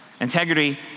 Integrity